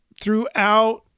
throughout